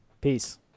peace